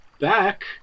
back